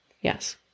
Yes